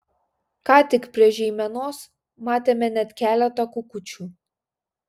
ką tik prie žeimenos matėme net keletą kukučių